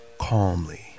calmly